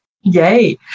Yay